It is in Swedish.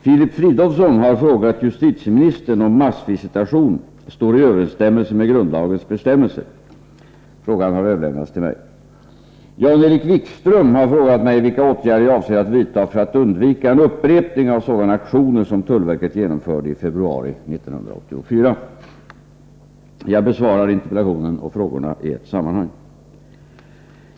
Filip Fridolfsson har frågat justitieministern om massvisitation står i överensstämmelse med grundlagens bestämmelser. Frågan har överlämnats till mig. Jan-Erik Wikström har frågat mig vilka åtgärder jag avser att vidta för att — Nr 119 undvika en upprepning av sådana aktioner som tullverket genomförde i 5 Fredagen den februari 1984. 6april 1984 Jag besvarar interpellationen och frågorna i ett sammanhang.